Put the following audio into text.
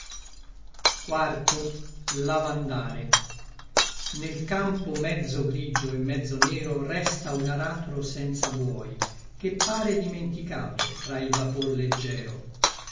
nei cartocci strepitosi nel campo mezzo grigio e mezzo nero resta un aratro senza buoi che pare dimenticato tra il vapor leggero